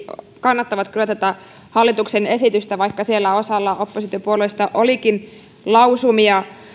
kannattavat kyllä tätä hallituksen esitystä vaikka siellä osalla oppositiopuolueista olikin lausumia tähän